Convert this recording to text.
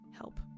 help